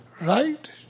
right